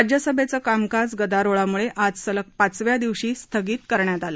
राज्यसभेचं कामकाज गदारोळामुळे आज सलग पाचव्या दिवशी स्थगित करण्यात आलं